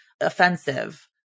offensive